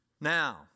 now